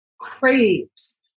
craves